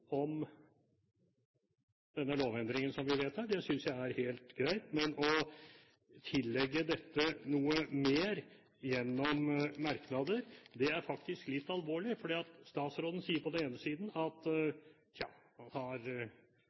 om denne lovendringen som vi vedtar. Det synes jeg er helt greit, men å tillegge dette noe mer gjennom merknader er faktisk litt alvorlig. Statsråden sier på den ene siden at